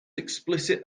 explicit